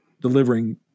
delivering